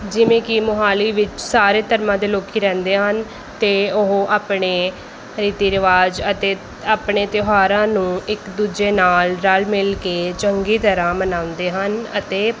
ਜਿਵੇਂ ਕਿ ਮੋਹਾਲੀ ਵਿੱਚ ਸਾਰੇ ਧਰਮਾਂ ਦੇ ਲੋਕ ਰਹਿੰਦੇ ਹਨ ਅਤੇ ਉਹ ਆਪਣੇ ਰੀਤੀ ਰਿਵਾਜ ਅਤੇ ਆਪਣੇ ਤਿਉਹਾਰਾਂ ਨੂੰ ਇੱਕ ਦੂਜੇ ਨਾਲ਼ ਰਲ਼ ਮਿਲ਼ ਕੇ ਚੰਗੀ ਤਰ੍ਹਾਂ ਮਨਾਉਂਦੇ ਹਨ ਅਤੇ